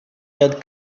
had